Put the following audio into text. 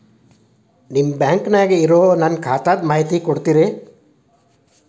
ನಿಮ್ಮ ಬ್ಯಾಂಕನ್ಯಾಗ ಇರೊ ನನ್ನ ಖಾತಾದ ಮಾಹಿತಿ ಕೊಡ್ತೇರಿ?